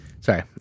sorry